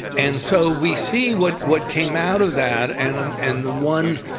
and so we see what what came out of that, and and and the one